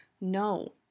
No